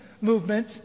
movement